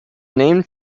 named